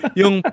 yung